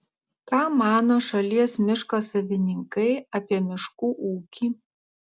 ką mano šalies miško savininkai apie miškų ūkį